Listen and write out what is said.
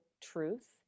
truth